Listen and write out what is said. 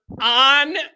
on